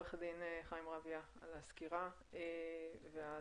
עורך הדין חיים רביה על הסקירה ועל הדברים.